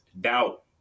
doubt